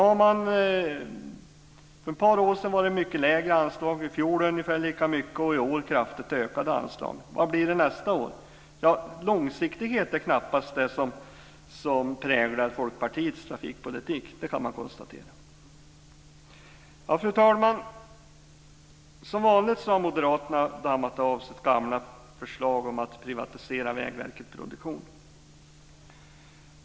För ett par år sedan var det alltså mycket lägre anslag, i fjol ungefär lika mycket och i år kraftigt ökade anslag. Vad blir det nästa år? Långsiktighet är knappast det som präglar Folkpartiets trafikpolitik. Det kan man konstatera. Fru talman! Som vanligt har Moderaterna dammat av sitt gamla förslag om att privatisera Vägverket Produktion.